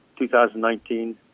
2019